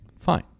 Fine